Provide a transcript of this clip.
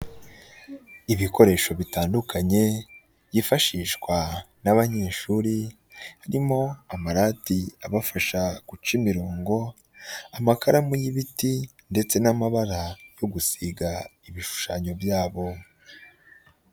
Ibikoresho bitandukanye byifashishwa n'abanyeshuri harimo amarati abafasha guca imirongo, amakaramu y'ibiti ndetse n'amabara yo gusiga ibishushanyo byabo.